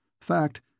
Fact